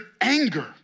anger